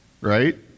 right